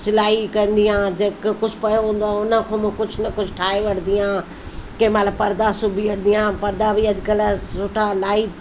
सिलाई कंदी आहियां जेके कुझु पियो हुंदो आहे उन खो मां कुझ न कुझ ठाहे वठंदी आहियां कंहिं महिल पर्दा सिबी वठंदी आहियां पर्दा बि अॼुकल्ह सुठा लाइट